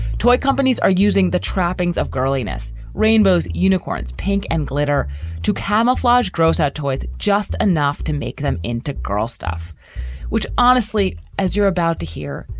toy companies are using the trappings of girly ness rainbows, unicorns, pink and glitter to camouflage gross-out toys. just enough to make them into girl stuff which honestly, as you're about to hear,